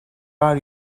are